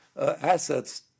assets